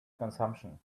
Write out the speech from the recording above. consumption